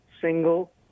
single